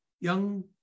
young